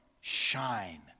Shine